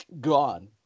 gone